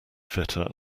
fitter